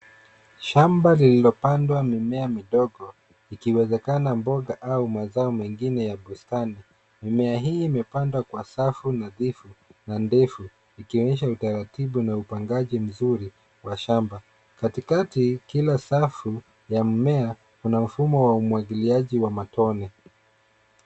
Shamba lililopandwa mimea midogo ikiwezekana mboga au mazao mengine ya bustani. Mimea hii imepandwa kwa safu nadhifu na ndefu ikionyesha utaratibu na upangaji mzuri wa shamba. Katikati kila safu ya mmea kuna mfumo wa umwagiliaji wa matone.